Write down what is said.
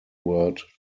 word